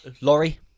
Laurie